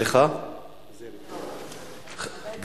מצטרפת לבקשת השר.